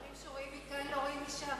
אדוני השר, דברים שרואים מכאן לא רואים משם.